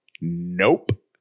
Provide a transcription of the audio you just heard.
Nope